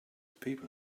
people